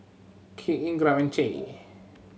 Kirk Ingram and Che